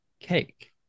cake